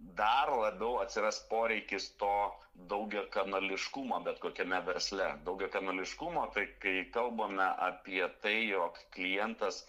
dar labiau atsiras poreikis to daugiakanališkumo bet kokiame versle daugiakanališkumo tai kai kalbame apie tai jog klientas